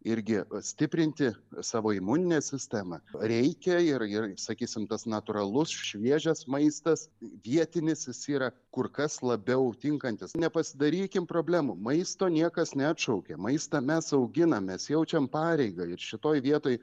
irgi stiprinti savo imuninę sistemą reikia ir ir sakysim tas natūralus šviežias maistas vietinis jis yra kur kas labiau tinkantis nepasidarykim problemų maisto niekas neatšaukė maistą mes auginame mes jaučiam pareigą ir šitoj vietoj